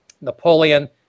Napoleon